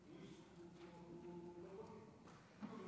הוא לא פוליטי.